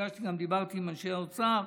וגם דיברתי עם פקידי האוצר.